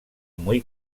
muy